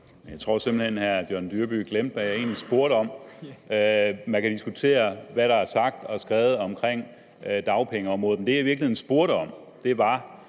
Jeg tror simpelt hen, at hr. John Dyrby glemte, hvad jeg egentlig spurgte om. Man kan diskutere, hvad der er sagt og skrevet om dagpengeområdet. Det, jeg i virkeligheden spurgte om,